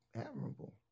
admirable